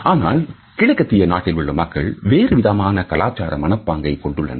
ஆனால் கிழக்கத்திய நாட்டில் உள்ள மக்கள் வேறுவிதமான கலாச்சார மனப்பாங்கை கொண்டுள்ளனர்